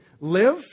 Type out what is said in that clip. live